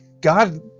God